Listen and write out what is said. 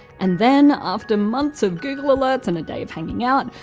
and then, after months of google alerts and a day of hanging out,